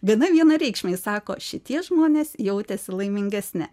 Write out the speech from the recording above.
viena vienareikšmiai sako šitie žmonės jautėsi laimingesni